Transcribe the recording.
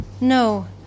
No